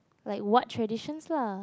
like what traditions lah